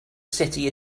city